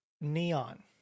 Neon